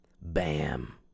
Bam